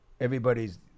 everybody's –